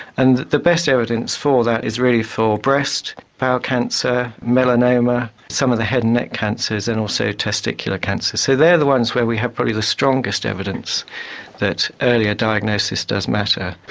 and the best evidence for that is really for breast, bowel cancer, melanoma, some of the head and neck cancers and also testicular cancer. so they are the ones where we have probably the strongest evidence that earlier diagnosis does matter.